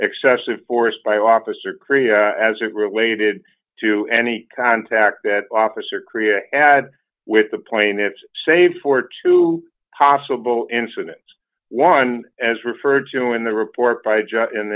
excessive force by officer korea as it related to any contact that officer korea had with the plaintiffs save for two possible incidents one as referred to in the report by